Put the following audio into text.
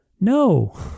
No